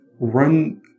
run